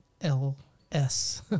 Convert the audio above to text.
L-S